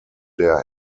der